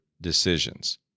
decisions